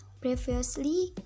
previously